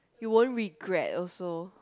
you won't regret also